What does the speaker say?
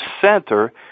center